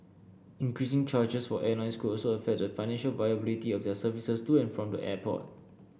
increasing charges for airlines could also affect the financial viability of their services to and from the airport